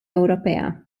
ewropea